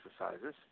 exercises